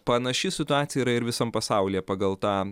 panaši situacija yra ir visam pasaulyje pagal tą